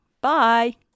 Bye